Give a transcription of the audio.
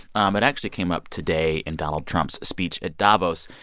um it actually came up today in donald trump's speech at davos.